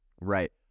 Right